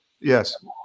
Yes